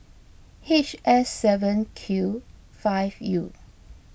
H S seven Q five U